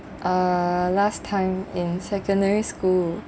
uh last time in secondary school